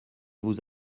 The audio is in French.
vous